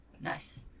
nice